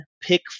pick